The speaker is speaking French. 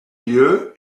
lieu